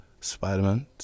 Spider-Man